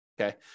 okay